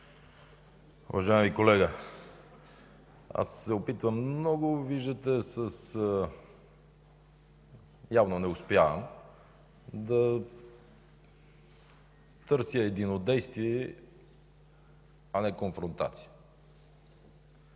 Уважаеми колега, аз се опитвам, но виждате, явно не успявам, да търся единодействие, а не конфронтация.